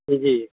जी